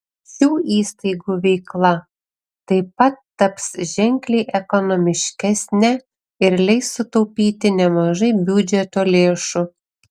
šių įstaigų veikla taip pat taps ženkliai ekonomiškesne ir leis sutaupyti nemažai biudžeto lėšų